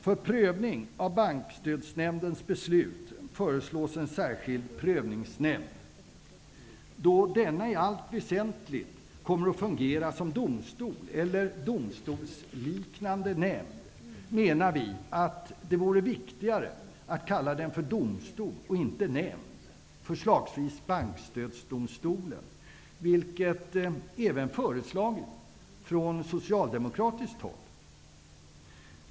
För prövning av Bankstödsnämndens beslut föreslås en särskild prövningsnämnd. Då denna i allt väsentligt kommer att fungera som domstol eller domstolsliknande nämnd, menar vi att det vore riktigare att kalla den för domstol i stället för nämnd -- förslagsvis Bankstödsdomstolen. Detta har även föreslagits från socialdemokratiskt håll.